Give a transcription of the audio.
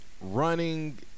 running